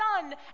son